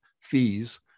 fees